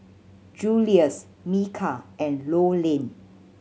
Julious Micah and Rowland